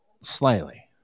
Slightly